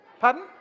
Pardon